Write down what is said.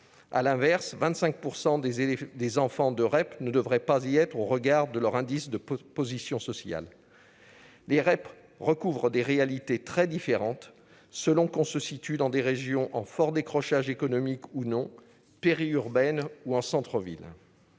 À l'inverse, 25 % des enfants de REP ne devraient pas y être au regard de leur indice de position sociale. Les REP recouvrent des réalités très différentes, selon qu'on se situe dans des régions en fort décrochage économique ou non, périurbaines ou de centre-ville.